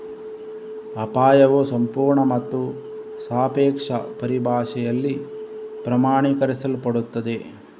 ಅಪಾಯವು ಸಂಪೂರ್ಣ ಮತ್ತು ಸಾಪೇಕ್ಷ ಪರಿಭಾಷೆಯಲ್ಲಿ ಪ್ರಮಾಣೀಕರಿಸಲ್ಪಡುತ್ತದೆ